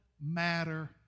matter